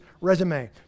resume